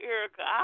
Erica